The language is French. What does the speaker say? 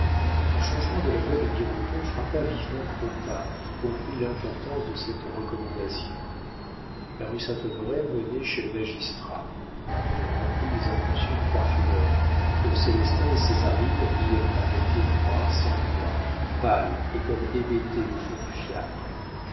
le changement de la voix de birotteau frappa vivement crottat qui comprit l'importance de cette recommandation la rue saint-honoré menait chez le magistrat il remplit les intentions du parfumeur que célestin et césarine virent avec effroi sans voix pâle et comme hébété au fond du fiacre